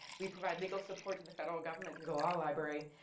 we provide legal support to the federal government through the law library,